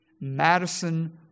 Madison